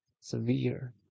severe